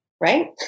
right